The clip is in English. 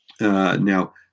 Now